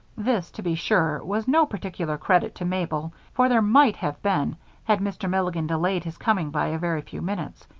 this, to be sure, was no particular credit to mabel for there might have been had mr. milligan delayed his coming by a very few minutes,